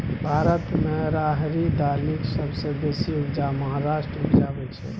भारत मे राहरि दालिक सबसँ बेसी उपजा महाराष्ट्र उपजाबै छै